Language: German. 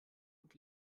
und